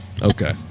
okay